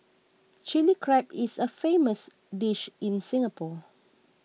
Chilli Crab is a famous dish in Singapore